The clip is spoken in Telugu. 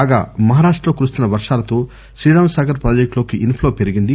కాగా మహారాష్టలో కురుస్తున్న వర్వాలతో శ్రీరాం సాగర్ పాజెక్టులోకి ఇన్ఫ్లో పెరిగింది